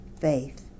faith